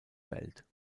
welt